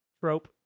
trope